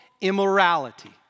immorality